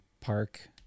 park